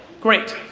great.